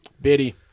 Biddy